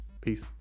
Peace